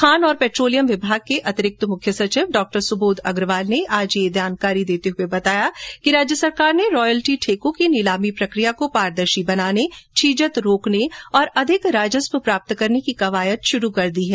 खान और पैट्रोलियम विभाग के अतिरिक्त मुख्य सचिव डॉ सुबोध अग्रवाल ने आज यह जानकारी देते हुये बताया कि राज्य सरकार ने रॉयल्टी ठेकों की नीलामी प्रकिया को पारदर्शी बनाने छीजत रोकने और अधिक राजस्व प्राप्त करने की कवायद शुरू कर दी है